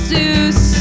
Zeus